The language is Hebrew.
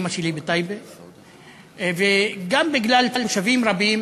האימא שלי בטייבה וגם בגלל תושבים רבים,